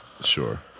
Sure